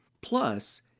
Plus